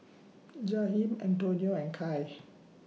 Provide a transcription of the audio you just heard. Jaheim Antonio and Kaia